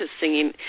singing